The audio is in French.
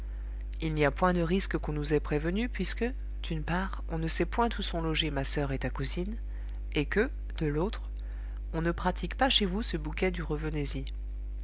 il n'y a point de risque qu'on nous ait prévenus puisque d'une part on ne sait point où sont logées ma soeur et ta cousine et que de l'autre on ne pratique pas chez vous ce bouquet du revenez y